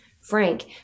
Frank